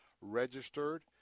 registered